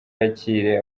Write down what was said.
yakire